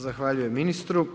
Zahvaljujem ministru.